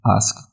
ask